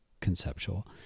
conceptual